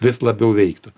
vis labiau veiktų